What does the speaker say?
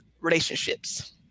relationships